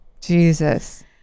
Jesus